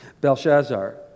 Belshazzar